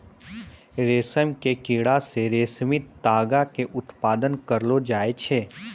रेशम के कीड़ा से रेशमी तागा के उत्पादन करलो जाय छै